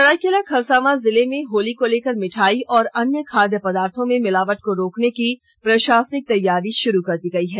सरायकेला खरसावां जिले में होली को लेकर मिठाई और अन्य खाद्य पदार्थों में मिलावट को रोकने की प्रशासनिक तैयारी शुरू कर दी गई है